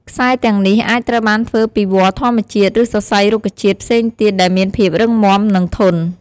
ខ្សែទាំងនេះអាចត្រូវបានធ្វើពីវល្លិ៍ធម្មជាតិ ឬសរសៃរុក្ខជាតិផ្សេងទៀតដែលមានភាពរឹងមាំ និងធន់។